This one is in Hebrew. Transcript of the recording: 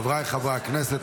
חבריי חברי הכנסת,